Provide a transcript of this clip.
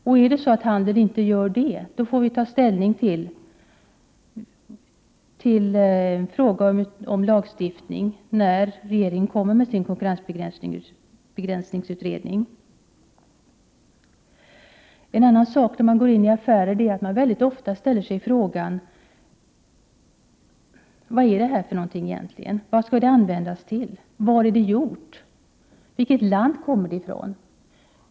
Om handeln inte gör detta, får vi ta ställning till frågan om lagstiftning efter det att regeringen kommer med sin utredning om konkurrensbegränsning. När man går in i affärer ställer man sig mycket ofta dessa frågor: Vad är detta egentligen? Vad skall det användas till? Var är det gjort? Vilket land kommer det ifrån?